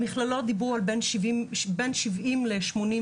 במכללות דיבור על בין שבעים לשמונים,